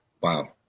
Wow